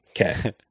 okay